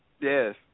Yes